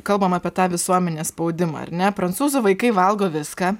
kalbam apie tą visuomenės spaudimą ar ne prancūzų vaikai valgo viską